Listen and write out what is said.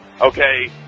okay